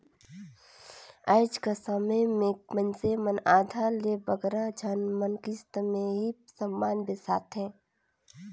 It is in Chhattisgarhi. आएज कर समे में मइनसे मन आधा ले बगरा झन मन किस्त में ही समान बेसाथें